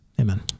Amen